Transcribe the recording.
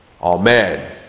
Amen